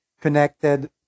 connected